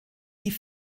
die